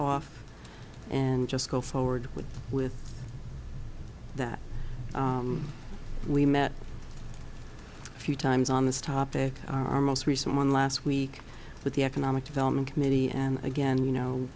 off and just go forward with with that we met a few times on this topic our most recent one last week with the economic development committee and again you know